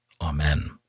Amen